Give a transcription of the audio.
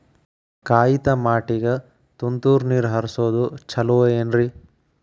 ಕಾಯಿತಮಾಟಿಗ ತುಂತುರ್ ನೇರ್ ಹರಿಸೋದು ಛಲೋ ಏನ್ರಿ?